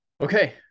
Okay